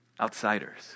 Outsiders